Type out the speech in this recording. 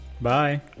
Bye